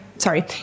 sorry